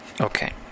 Okay